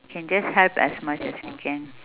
can just help as much as we can